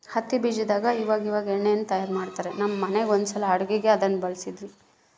ಹತ್ತಿ ಬೀಜದಾಗ ಇವಇವಾಗ ಎಣ್ಣೆಯನ್ನು ತಯಾರ ಮಾಡ್ತರಾ, ನಮ್ಮ ಮನೆಗ ಒಂದ್ಸಲ ಅಡುಗೆಗೆ ಅದನ್ನ ಬಳಸಿದ್ವಿ